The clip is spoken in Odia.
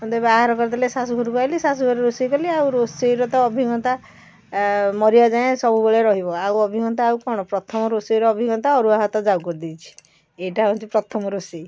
ମୋତେ ବାହାଘର କରିଦେଲେ ଶାଶୁଘରକୁ ଆସିଲି ଶାଶୁଘରେ ରୋଷେଇ କଲି ଆଉ ରୋଷେଇର ତ ଅଭିଜ୍ଞତା ମରିବା ଯାଏଁ ସବୁବେଳେ ରହିବ ଆଉ ଅଭିଜ୍ଞତା ଆଉ କ'ଣ ପ୍ରଥମ ରୋଷେଇର ଅଭିଜ୍ଞତା ଅରୁଆ ଭାତ ଜାଉ କରିଦେଇଛି ଏଇଟା ହେଉଛି ପ୍ରଥମ ରୋଷେଇ